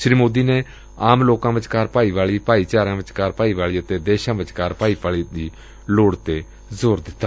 ਸ੍ਰੀ ਮੋਦੀ ਨੇ ਆਮ ਲੋਕਾ ਵਿਚਕਾਰ ਭਾਈਵਾਲੀ ਭਾਈਚਾਰਿਆਂ ਵਿਚਕਾਰ ਭਾਈਵਾਲੀ ਅਤੇ ਦੇਸ਼ਾਂ ਵਿਚਕਾਰ ਭਾਈਵਾਲੀ ਦੀ ਲੋੜ ਤੇ ਜ਼ੋਰ ਦਿੱਤਾ